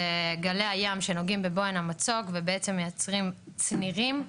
זה גלי הים שנוגעים בבוהן המצוק ובעצם מייצרים צנירים,